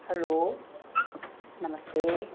hello नमस्ते